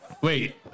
Wait